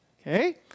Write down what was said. Okay